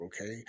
Okay